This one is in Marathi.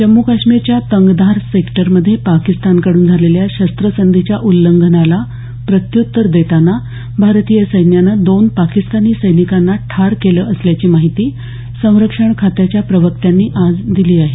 जम्मू काश्मीरच्या तंगधार सेक्टरमध्ये पाकिस्तानकडून झालेल्या शस्त्रसंधीच्या उल्लंघनाला प्रत्युत्तर देताना भारतीय सैन्यानं दोन पाकिस्तानी सैनिकांना ठार केलं असल्याची माहिती संरक्षणखात्याच्या प्रवक्त्यांनी आज दिली आहे